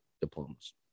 diplomas